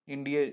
India